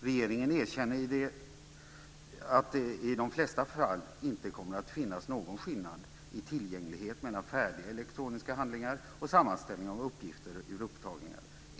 Regeringen erkänner att det i de flesta fall inte kommer att finnas någon skillnad i tillgänglighet mellan färdiga elektroniska handlingar och sammanställningar av uppgifter ur upptagningar.